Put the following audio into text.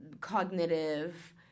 cognitive